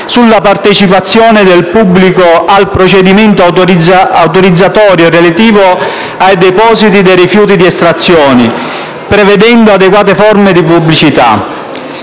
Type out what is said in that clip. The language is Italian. sulla partecipazione del pubblico al procedimento autorizzatorio relativo ai depositi dei rifiuti di estrazione, prevedendo adeguate forme di pubblicità;